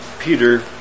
Peter